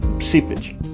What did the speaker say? seepage